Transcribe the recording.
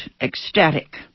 ecstatic